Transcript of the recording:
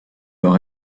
leur